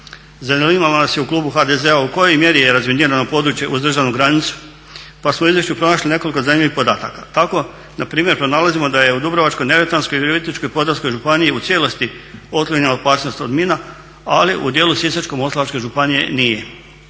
Zanimalo nas je u klubu HDZ-a u kojoj mjeri je razminirano područje uz državnu granicu? Pa smo u izvješću pronašli nekoliko zanimljivih podataka. Tako npr. pronalazimo da je u Dubrovačko-neretvanskoj, Virovitičko-podravskoj županiji u cijelosti otklonjena opasnost od mina ali udjelu Sisačko-moslavačke županije nije.